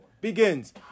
begins